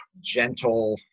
gentle